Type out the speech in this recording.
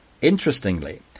Interestingly